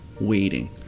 waiting